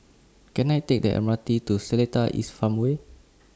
Can I Take The M R T to Seletar East Farmway